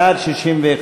בעד, 61,